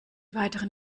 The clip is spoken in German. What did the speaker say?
weiteren